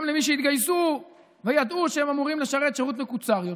גם למי שהתגייסו וידעו שהם אמורים לשרת שירות מקוצר יותר,